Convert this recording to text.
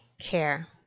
care